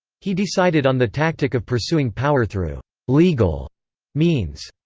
he decided on the tactic of pursuing power through legal means.